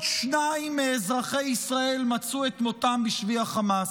שניים מאזרחי ישראל מצאו את מותם בשבי החמאס.